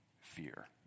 fear